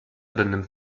benimmt